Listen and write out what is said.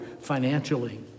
financially